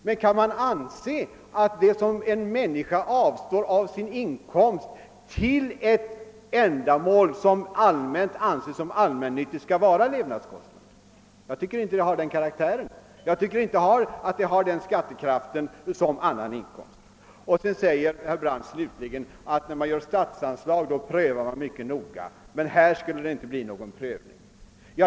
Men kan man anse att det som en människa avstår av sin inkomst till ett ändamål, som allmänt anses såsom allmännyttigt, skall anses vara levnadskostnader? Jag tycker inte det har den karaktären. Jag tycker inte heller att det har den skattekraft som annan inkomst har. Sedan säger herr Brandt att man före beviljandet av statsanslag gör en noggrann prövning, men i detta fall skulle det inte bli någon prövning.